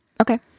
Okay